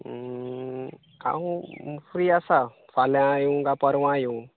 हांव फ्री आसा फाल्यां येंव काय परवां येंव